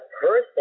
person